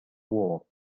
wall